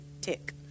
tick